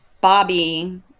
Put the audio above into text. Bobby